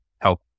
help